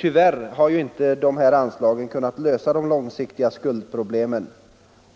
Tyvärr har inte dessa anslag kunnat lösa de långsiktiga skuldproblemen,